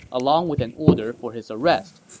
along with an order for his arrest.